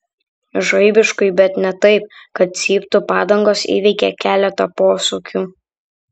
žaibiškai bet ne taip kad cyptų padangos įveikė keletą posūkių